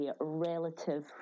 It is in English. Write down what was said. relative